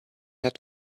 had